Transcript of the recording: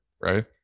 right